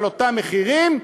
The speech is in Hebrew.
על אותם מוצרים,